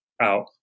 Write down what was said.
out